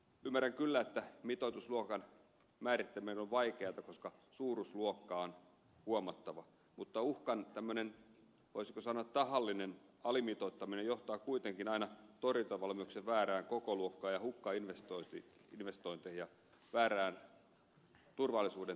ymmärrän kyllä että mitoitusluokan määrittäminen on vaikeata koska suuruusluokka on huomattava mutta uhkan voisiko sanoa tahallinen alimitoittaminen johtaa kuitenkin aina torjuntavalmiuksien väärään kokoluokkaan ja hukkainvestointeihin ja väärään turvallisuuden tunteeseen